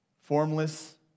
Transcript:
Formless